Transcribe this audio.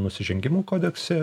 nusižengimų kodekse